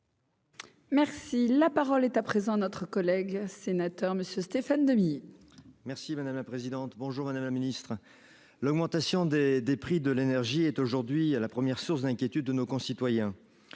Merci, la parole est à présent notre collègue sénateur monsieur Stéphane Demilly. Merci madame la présidente bonjour madame la Ministre, l'augmentation des des prix de l'énergie est aujourd'hui la première source d'inquiétude de nos concitoyens,